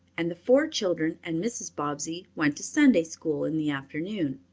and the four children and mrs. bobbsey went to sunday school in the afternoon.